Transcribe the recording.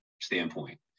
standpoint